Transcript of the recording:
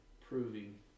proving